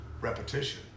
repetition